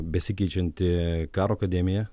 besikeičianti karo akademija